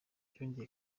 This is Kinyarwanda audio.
byongeye